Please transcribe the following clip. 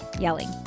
yelling